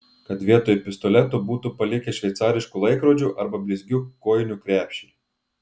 kad vietoj pistoletų būtų palikę šveicariškų laikrodžių arba blizgių kojinių krepšį